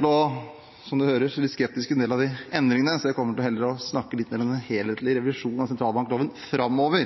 kan høre, er jeg litt skeptisk til en del av de endringene, så jeg kommer heller til å snakke litt mer om den helhetlige revisjonen av